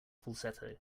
falsetto